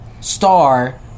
star